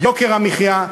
יוקר המחיה,